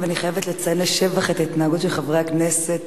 ואני חייבת לציין לשבח את ההתנהגות של חברי הכנסת,